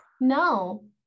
No